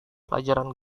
pelajaran